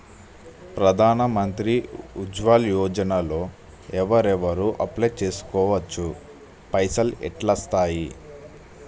ప్రధాన మంత్రి ఉజ్వల్ యోజన లో ఎవరెవరు అప్లయ్ చేస్కోవచ్చు? పైసల్ ఎట్లస్తయి?